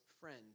friend